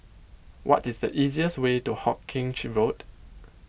what is the easiest way to Hawkinge Road